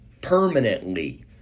permanently